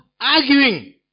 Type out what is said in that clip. arguing